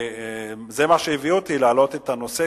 וזה מה שהביא אותי להעלות את הנושא.